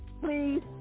please